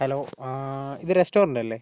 hello ഇത് റസ്റ്റോറൻ്റല്ലേ